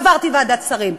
עברתי ועדת שרים,